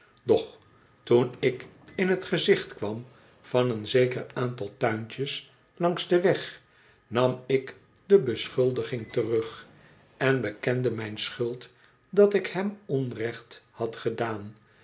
doch toen ik in t gezicht kwam van een zeker aantal tuintjes langs den weg nam ik de beschuldiging terug en bekende mijn schuld dat ik hem onrecht had gedaan